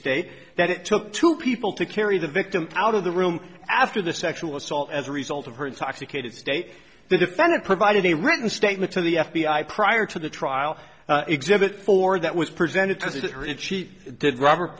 state that it took two people to carry the victim out of the room after the sexual assault as a result of her intoxicated state the defendant provided a written statement to the f b i prior to the trial exhibit four that was presented to sit her if she did robert